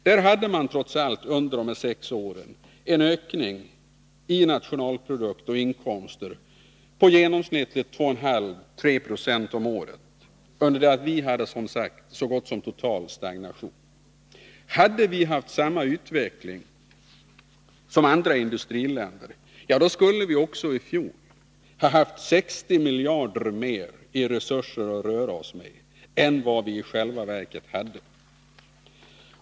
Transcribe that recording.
Där kunde man under de sex aktuella åren trots allt konstatera en ökning av nationalprodukten och inkomsterna på i genomsnitt 2,5-3 20 om året, under det att vi, som sagt, hade så gott som total stagnation. Om vi hade haft samma utveckling som andra industriländer, skulle vi i fjol ha haft 60 miljarder mer i resurser att röra oss med än vad vi i själva verket hade.